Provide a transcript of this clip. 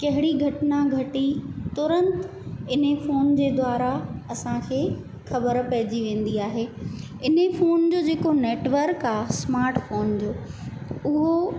कहिड़ी घटना घटी तुरंत इन्हीअ फोन जे द्वारा असांखे ख़बर पइजी वेंदी आहे इन्हीअ फोन जो जेको नेटवर्क आहे स्माट फोन जो उहो